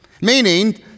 Meaning